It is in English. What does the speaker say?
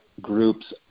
groups